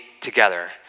together